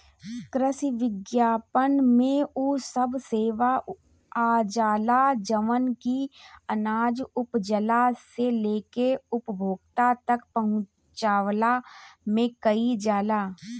कृषि विपणन में उ सब सेवा आजाला जवन की अनाज उपजला से लेके उपभोक्ता तक पहुंचवला में कईल जाला